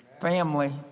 Family